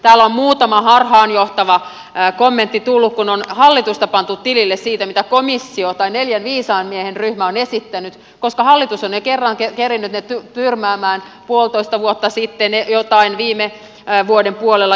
täällä on muutama harhaanjohtava kommentti tullut kun on hallitusta pantu tilille siitä mitä komissio tai neljän viisaan miehen ryhmä on esittänyt koska hallitus on ne kerran kerinnyt tyrmätä jotain puolitoista vuotta sitten viime vuoden puolella